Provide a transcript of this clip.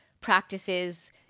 practices